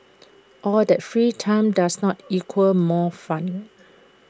all that free time does not equal more fun